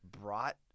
brought